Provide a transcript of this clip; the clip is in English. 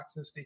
toxicity